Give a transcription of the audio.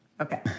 Okay